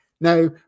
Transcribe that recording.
Now